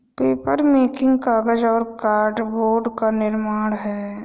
papermaking कागज और cardboard का निर्माण है